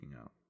out